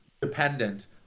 dependent